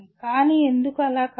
కానీ ఎందుకు అలా కాదు